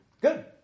Good